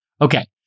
Okay